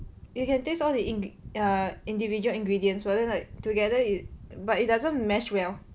you can taste all the ind~ err individual ingredients but then like together it but it doesn't mesh well